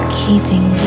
keeping